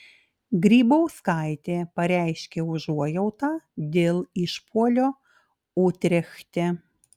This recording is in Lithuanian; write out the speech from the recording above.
grybauskaitė pareiškė užuojautą dėl išpuolio utrechte